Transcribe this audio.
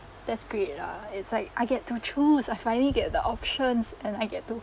that's great lah it's like I get to choose I finally get the options and I get to